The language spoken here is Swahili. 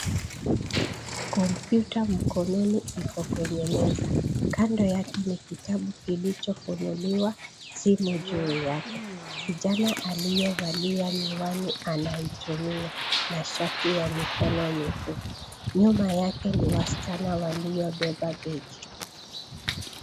Kompyuta mkononi iko kwenye meza. Kando yake ni kitabu kilichofunuliwa, simu juu yake. Kijana aliyevalia miwani anaitumia, na shati ya mikono ni fupi. Nyuma yake ni wasichana waliobeba begi.